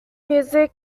music